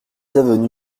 avenue